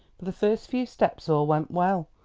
the first few steps all went well,